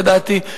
לדעתי,